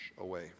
away